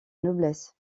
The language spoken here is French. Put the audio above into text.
noblesse